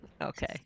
okay